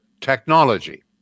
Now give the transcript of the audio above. technology